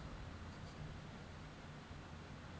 যে কঁচি মটরগুলা সিদ্ধ ক্যইরে খাউয়া হ্যয়